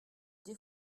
des